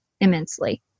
immensely